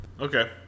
Okay